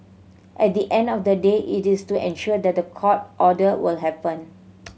at the end of the day it is to ensure that the court order will happen